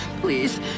please